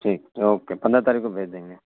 ٹھیک تو پندرہ تاریخ کو بھیج دیں گے